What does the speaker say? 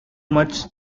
much